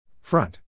Front